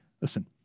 Listen